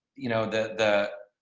you know the the